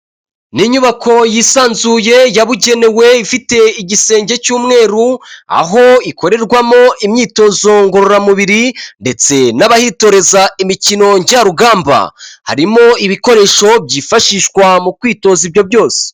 Ni inyubako yisanzuye yabugenewe ifite igisenge cy'umweru aho ikorerwamo imyitozo ngororamubiri ndetse n'abahitoreza imikino njyarugamba, harimo ibikoresho byifashishwa mu kwitoza ibyo byose.